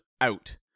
out